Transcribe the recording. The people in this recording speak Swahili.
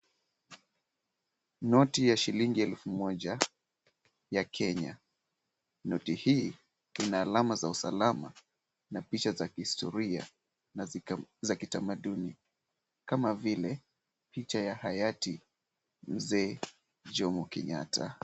Noti ya shilingi elfu moja ya Kenya. Noti hii ina alama za usalama na picha za kihistoria za kitamaduni kama vile picha ya hayati Mzee Jomo Kenyatta.